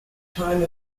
time